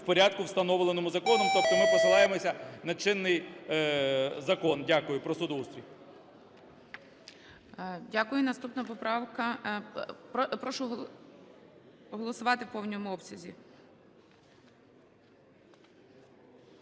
в порядку, встановленому законом. Тобто ми посилаємося на чинний закон. Дякую. Про судоустрій. ГОЛОВУЮЧИЙ. Дякую. Наступна поправка... Прошу голосувати в повному обсязі.